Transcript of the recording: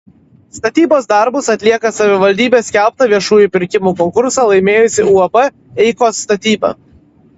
statybos darbus atlieka savivaldybės skelbtą viešųjų pirkimų konkursą laimėjusi uab eikos statyba